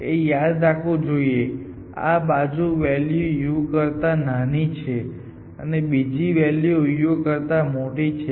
એ યાદ રાખવું જોઈએ કે આ બાજુ વેલ્યુ u કરતા નાની છે અને બીજી બાજુ વેલ્યૂ u કરતા મોટી છે